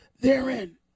therein